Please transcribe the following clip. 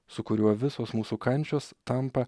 su kuriuo visos mūsų kančios tampa